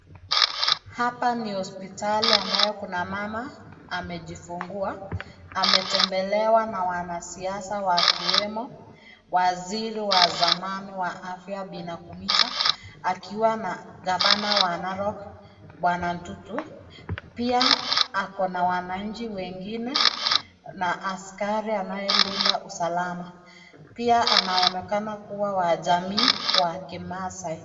Hapa ni hospitali ambayo kuna mama amejifungua ametembelewa na wanasiasa wa kiume waziri wa zamani wa afya Bi Nakumita akiwa na gavana wa Narok bwana Ndutu pia ako na wananchi wengine na askari anayelinda usalama pia anaonekana kuwa wa jamii wa kimaasai